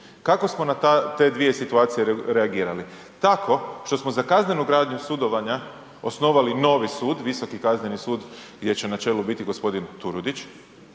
Kako smo na te dvije situacije reagirali? Tako što smo za kaznenu gradnju sudovanja osnovali novi sud, Visoki kazneni sud gdje će na čelu biti gospodin Turudić,